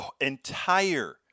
entire